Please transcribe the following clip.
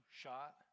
shot